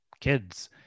kids